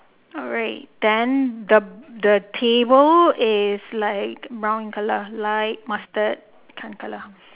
alright then the the table is like brown colour light mustard kind of colour